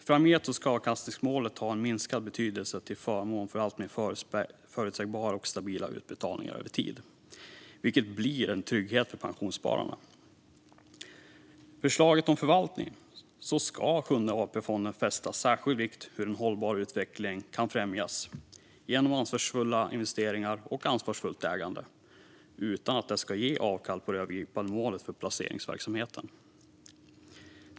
Framgent ska avkastningsmålet ha en minskad betydelse till förmån för förutsägbara och stabila utbetalningar över tid, vilket blir en trygghet för pensionsspararna. När det gäller förslaget om förvaltning ska Sjunde AP-fonden fästa särskild vikt vid hur en hållbar utveckling kan främjas genom ansvarsfulla investeringar och ansvarsfullt ägande utan att ge avkall på det övergripande målet för placeringsverksamheten.